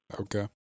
Okay